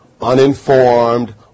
uninformed